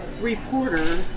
reporter